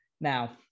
now